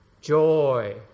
joy